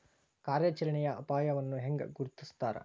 ಕಾರ್ಯಾಚರಣೆಯ ಅಪಾಯವನ್ನ ಹೆಂಗ ಗುರ್ತುಸ್ತಾರ